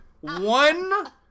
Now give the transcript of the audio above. one